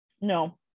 No